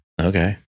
Okay